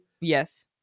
Yes